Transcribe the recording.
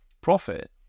profit